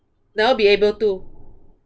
now be able to